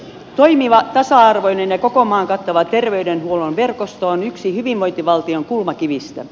toimiva tasa arvoinen ja koko maan kattava terveydenhuollon verkosto on yksi hyvinvointivaltion kulmakivistä